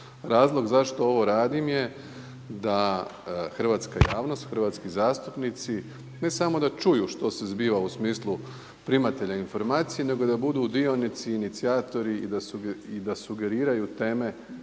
Razlog zašto ovo radim je da hrvatska javnost, hrvatski zastupnici ne samo da čuju što se zbiva u smislu primatelja informacija, nego da budu dionici, inicijatori i da sugeriraju teme